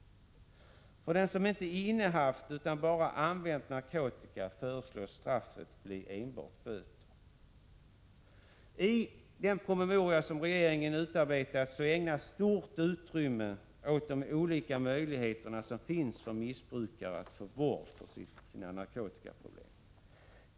För den som inte innehaft utan bara använt narkotika föreslås straffet bli enbart böter. I den promemoria som regeringen har utarbetat ägnas stort utrymme åt de olika möjligheter som finns för missbrukare att få vård för sina narkotikaproblem.